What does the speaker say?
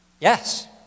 Yes